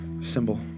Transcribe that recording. symbol